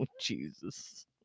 jesus